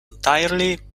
entirely